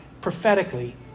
prophetically